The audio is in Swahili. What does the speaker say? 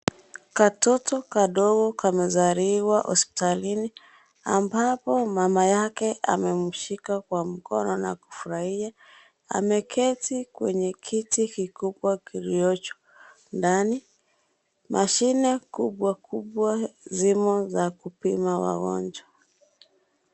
Katoto kadogo kamezaliwa hospitalini, ambapo mama yake amemshika kwa mkono na kufrahia, ameketi kwenye kiti kikubwa kiliocho ndani, mashine kubwa kubwa zimo za kupima